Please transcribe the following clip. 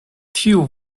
tiu